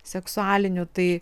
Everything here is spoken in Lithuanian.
seksualinių tai